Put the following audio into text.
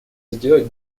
сделать